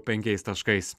penkiais taškais